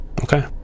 okay